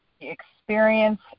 experience